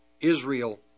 Israel